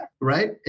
right